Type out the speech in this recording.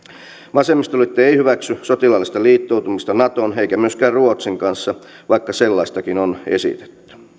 vasemmistoliitto ei hyväksy sotilaallista liittoutumista naton eikä myöskään ruotsin kanssa vaikka sellaistakin on esitetty